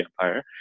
empire